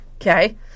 Okay